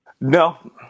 no